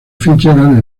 fitzgerald